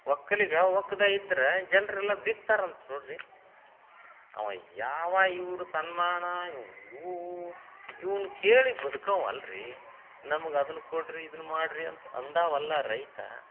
ಒಕ್ಕಲಿಗ ಒಕ್ದೆಯಿದ್ರೆ ಜನರೆಲ್ಲ ಬಿಕ್ತಾರಂತೆ ನೋಡಿರಿ ಅವ ಯಾವ ಇವ್ರ ಸನ್ಮಾನ ಇವು ಇವ್ನ ಕೇಳಿ ಬದುಕಂವಲ್ಲ ರೀ ನಮಗೆ ಅದನ್ನ ಕೊಡಿರಿ ಇದನ್ನ ಮಾಡಿರಿ ಅಂತ ಅಂದವಲ್ಲ ರೈತ